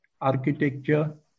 architecture